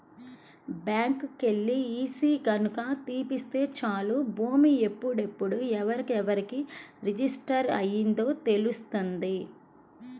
బ్యాంకుకెల్లి ఈసీ గనక తీపిత్తే చాలు భూమి ఎప్పుడెప్పుడు ఎవరెవరికి రిజిస్టర్ అయ్యిందో తెలుత్తది